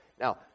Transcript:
Now